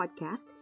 podcast